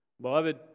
Beloved